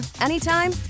anytime